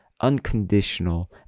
unconditional